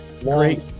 great